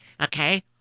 okay